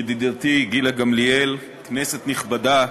ידידתי גילה גמליאל, כנסת נכבדה,